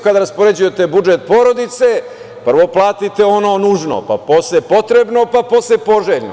Kada raspoređujete budžet porodice, prvo platite ono nužno, pa posle potrebno, pa posle poželjno.